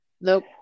Nope